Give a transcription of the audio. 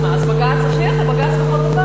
אז מה, אז בג"ץ, בג"ץ לכל דבר.